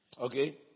Okay